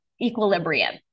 equilibrium